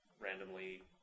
randomly